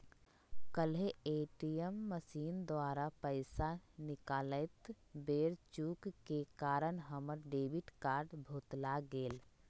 काल्हे ATM machine द्वारा पइसा निकालइत बेर चूक के कारण हमर डेबिट कार्ड भुतला गेल